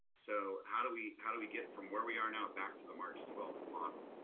so how do we, how do we get from where we are now back to the march twelfth model?